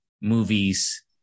movies